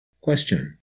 Question